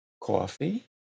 coffee